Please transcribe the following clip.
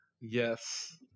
Yes